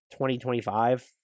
2025